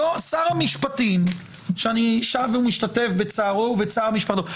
לא שר המשפטים שאני שב ומשתתף בצערו ובצער המשפחות,